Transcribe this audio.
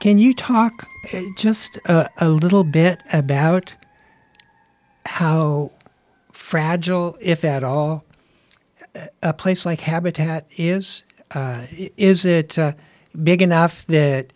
can you talk just a little bit about how fragile if at all a place like habitat is is it big enough that